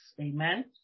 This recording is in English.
amen